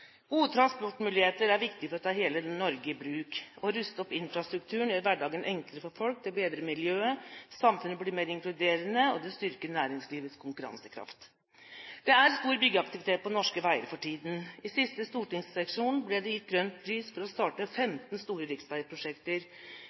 Gode transportmuligheter er viktig for å ta hele Norge i bruk. Å ruste opp infrastrukturen gjør hverdagen enklere for folk, det bedrer miljøet, samfunnet blir mer inkluderende, og det styrker næringslivets konkurransekraft. Det er stor byggeaktivitet på norske veier for tiden. I siste stortingssesjon ble det gitt grønt lys for å starte 15 store riksveiprosjekter.